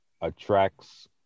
attracts